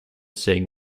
seen